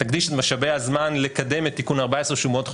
תקדיש את משאבי הזמן לקדם את תיקון 14 שהוא מאוד חשוב,